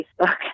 Facebook